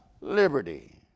liberty